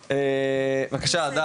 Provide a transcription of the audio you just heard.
בבקשה, הדר.